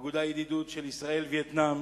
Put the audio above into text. של ישראל-וייטנאם,